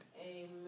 Amen